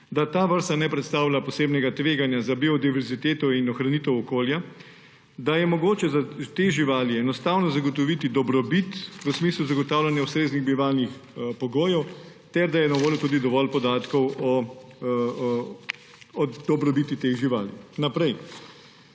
ljudi, ne predstavljajo posebnega tveganja za biodiverziteto in ohranitev okolja in je mogoče za te živali enostavno zagotoviti dobrobit v smislu zagotavljanja ustreznih bivalnih pogojev ter je na voljo tudi dovolj podatkov o dobrobiti teh živali. Naprej.